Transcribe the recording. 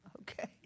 Okay